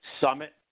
summit